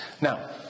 Now